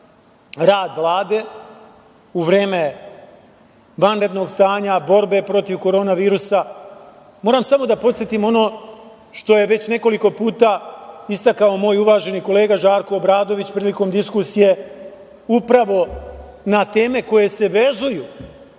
rad Vlade u vreme vanrednog stanja, borbe protiv Koronavirusa, moram samo da podsetim ono što je već nekoliko puta istakao moj uvaženi kolega Žarko Obradović prilikom diskusije upravo na teme koje se vezuju